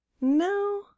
No